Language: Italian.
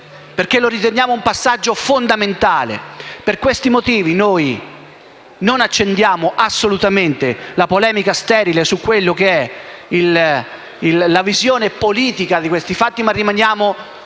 perché lo riteniamo un passaggio fondamentale. Per questi motivi noi non accendiamo assolutamente la polemica sterile sulla visione politica di questi fatti, ma rimaniamo